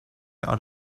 out